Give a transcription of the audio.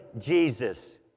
Jesus